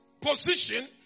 position